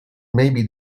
maybe